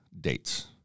dates